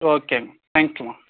ஓகேங்க thank you மா